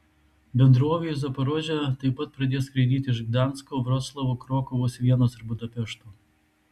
bendrovė į zaporožę taip pat pradės skraidyti iš gdansko vroclavo krokuvos vienos ir budapešto